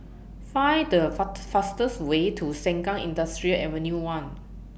Find The Fa fastest Way to Sengkang Industrial Avenue one